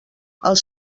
els